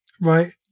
right